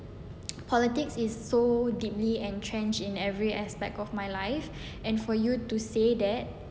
politics is so deeply entrenched in every aspect of my life and for you to say that